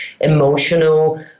emotional